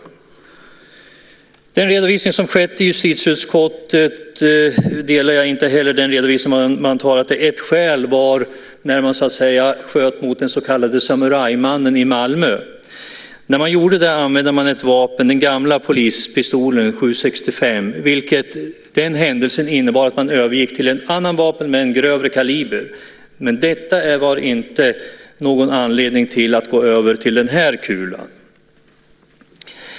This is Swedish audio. Jag delar inte heller den uppfattning som redovisats i justitieutskottet. Man refererar till händelsen i Malmö när polisen sköt mot den så kallade samurajmannen och då använde den gamla polispistolen 7.65. Den händelsen sägs ha inneburit att polisen övergick till ett annat vapen med grövre kaliber. Men detta kan inte ha gett anledning att gå över till den här kulan.